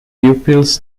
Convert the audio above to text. pupils